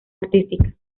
artística